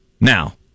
Now